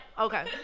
Okay